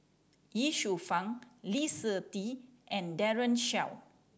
Ye Shufang Lee Seng Tee and Daren Shiau